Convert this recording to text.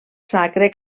sacre